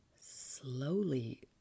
slowly